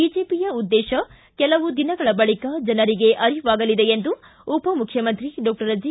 BJP ಉದ್ದೇತ ಕೆಲವು ದಿನಗಳ ಬಳಿಕ ಜನರಿಗೆ ಅರಿವಾಗಲಿದೆ ಎಂದು ಉಪಮುಖ್ಯಮಂತ್ರಿ ಡಾಕ್ಟರ್ ಜಿ